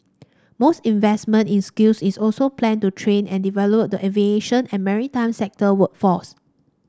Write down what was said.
most investment in skills is also planned to train and develop the aviation and maritime sector workforce